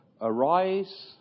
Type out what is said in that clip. Arise